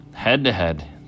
head-to-head